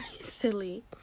silly